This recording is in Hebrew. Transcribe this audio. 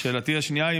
2. שאלתי השנייה היא,